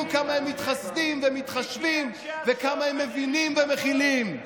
כמה הם מתחסדים ומתחשבים וכמה הם מבינים ומכילים.